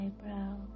eyebrow